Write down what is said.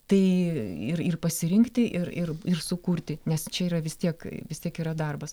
tai ir ir pasirinkti ir ir ir sukurti nes čia yra vis tiek vis tiek yra darbas